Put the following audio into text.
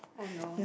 oh no